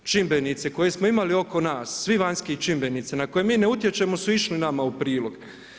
Svi naši čimbenici koje smo imali oko nas svi vanjski čimbenici na koje mi ne utječemo su išli nama u prilog.